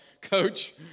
Coach